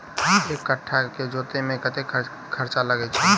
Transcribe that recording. एक कट्ठा केँ जोतय मे कतेक खर्चा लागै छै?